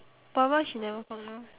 but why she never